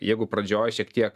jeigu pradžioj šiek tiek